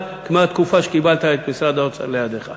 כמו התקופה שקיבלת את משרד האוצר לידיך.